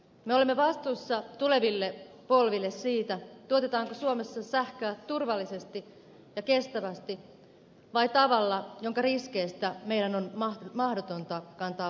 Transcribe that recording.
me olemme vastuussa tuleville polville siitä tuotetaanko suomessa sähköä turvallisesti ja kestävästi vai tavalla jonka riskeistä meidän on mahdotonta kantaa vastuuta